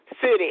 city